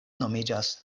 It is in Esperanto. nomiĝas